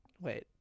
wait